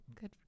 Good